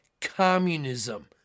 communism